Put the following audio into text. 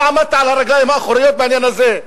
לא עמדת על הרגליים האחוריות בעניין הזה.